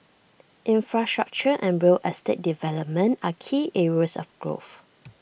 infrastructure and real estate development are key areas of growth